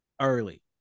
early